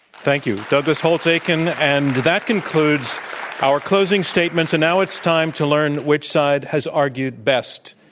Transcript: thank you, douglas holtz-eakin and that concludes our closing statements and now it's time to learn which side has argued best.